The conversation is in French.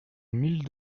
mille